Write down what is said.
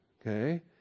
okay